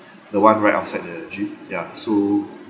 the one right outside the gym ya so